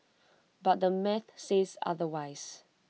but the math says otherwise